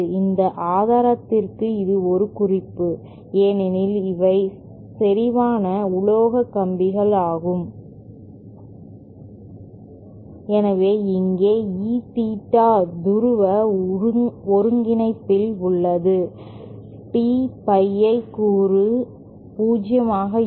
இந்த ஆதாரத்திற்கு இது ஒரு குறிப்பு ஏனெனில் இவை செறிவான உலோக கம்பிகள் ஆகும் எனவே இங்கே E தீட்டா துருவ ஒருங்கிணைப்பில் உள்ளது T ஃபை கூறு 0 ஆக இருக்கும்